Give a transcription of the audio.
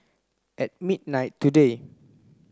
at midnight today